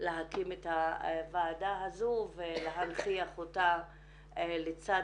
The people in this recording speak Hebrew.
להקים את הוועדה הזו ולהנכיח אותה לצד